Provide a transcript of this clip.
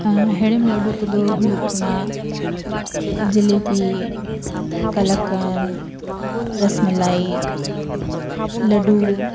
ᱦᱮᱲᱮᱢ ᱞᱟᱹᱰᱩ ᱠᱚᱫᱚ ᱦᱩᱭᱩᱜ ᱠᱟᱱᱟ ᱡᱮᱞᱮᱯᱤ ᱠᱟᱞᱟᱠᱟᱱᱫᱷ ᱨᱚᱥᱢᱟᱞᱟᱭ ᱞᱟᱹᱰᱩ